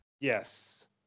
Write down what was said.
Yes